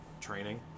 training